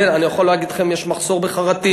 אני יכול להגיד לכם שיש מחסור בחרטים,